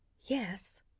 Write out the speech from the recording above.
Yes